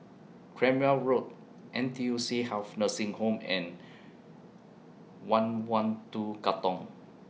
Cranwell Road N T U C Health Nursing Home and one one two Katong